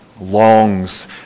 Longs